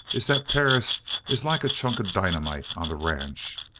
is that perris is like a chunk of dynamite on the ranch.